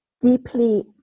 deeply